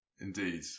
Indeed